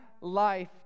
life